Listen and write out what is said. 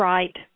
Right